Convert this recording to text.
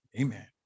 amen